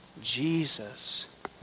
Jesus